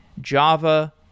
Java